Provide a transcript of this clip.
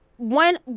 One